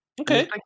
okay